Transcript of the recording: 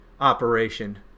operation